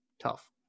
tough